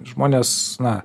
žmonės na